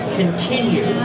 continue